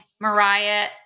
Mariah